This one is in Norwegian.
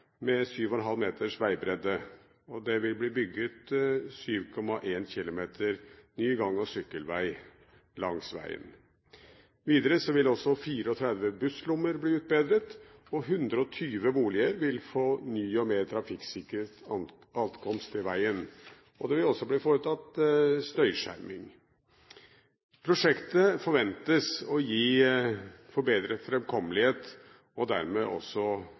med 7,5 meters veibredde. Det vil bli bygget 7,1 km ny gang- og sykkelvei langs veien. Videre vil også 34 busslommer bli utbedret, og 120 boliger vil få ny og mer trafikksikret adkomst til veien. Det vil også bli foretatt støyskjerming. Prosjektet forventes å gi forbedret framkommelighet, og dermed også